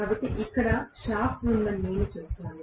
కాబట్టి ఇక్కడ షాఫ్ట్ ఉందని నేను చెబుతాను